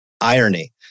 irony